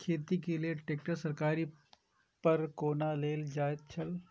खेती के लेल ट्रेक्टर सरकारी ऋण पर कोना लेल जायत छल?